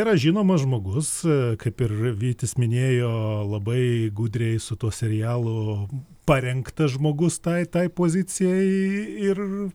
yra žinomas žmogus kaip ir vytis minėjo labai gudriai su tuo serialu parengtas žmogus tai tai pozicijai ir